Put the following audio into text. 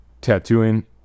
tattooing